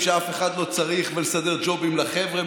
שאף אחד לא צריך ולסדר ג'ובים לחבר'ה,